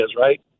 right